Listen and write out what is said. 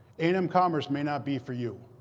a and m commerce may not be for you.